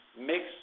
mix